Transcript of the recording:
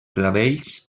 clavells